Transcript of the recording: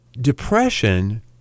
depression